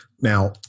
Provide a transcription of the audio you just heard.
now